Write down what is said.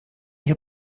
your